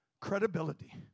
credibility